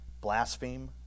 blaspheme